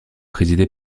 présidée